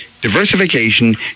Diversification